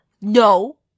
No